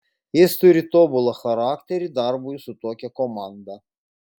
jis turi tobulą charakterį darbui su tokia komanda